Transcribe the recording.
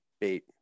bait